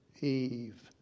Eve